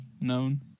known